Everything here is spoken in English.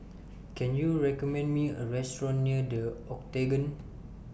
Can YOU recommend Me A Restaurant near The Octagon